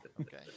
Okay